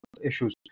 issues